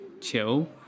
chill